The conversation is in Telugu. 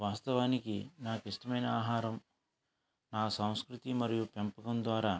వాస్తవానికి నాకు ఇష్టమైన ఆహారం నా సంస్కృతి మరియు పెంపకం ద్వారా